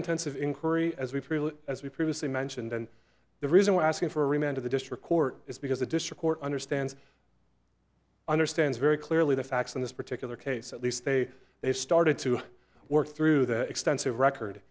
intensive inquiry as we've heard as we previously mentioned and the reason we're asking for remand of the district court is because the district court understands understands very clearly the facts in this particular case at least they they started to work through the extensive record